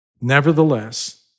Nevertheless